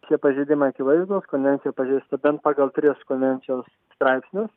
šie pažeidimai akivaizdūs konvencija pažeista bent pagal tris konvencijos straipsnius